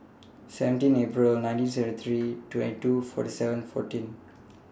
seventeen April nineteen seventy three twenty two forty seven fourteen